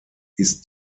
ist